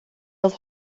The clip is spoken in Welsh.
oedd